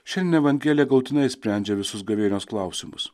šiandien evangelija galutinai sprendžia visus gavėnios klausimus